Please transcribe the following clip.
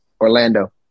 Orlando